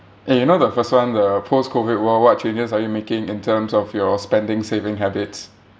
eh you know the first one the post COVID world what changes are you making in terms of your spending saving habits